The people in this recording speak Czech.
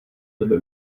tebe